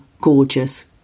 gorgeous